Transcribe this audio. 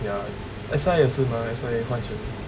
ya S_I_A 也是 mah S_I_A 换成